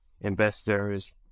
investors